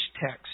text